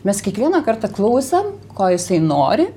mes kiekvieną kartą klausėm ko jisai nori